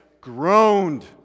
groaned